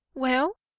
well?